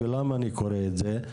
ולמה אני קורא את זה?